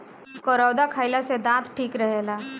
करौदा खईला से दांत ठीक रहेला